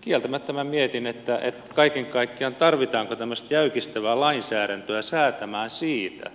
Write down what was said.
kieltämättä minä mietin tarvitaanko kaiken kaikkiaan tämmöistä jäykistävää lainsäädäntöä säätämään siitä